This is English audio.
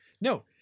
No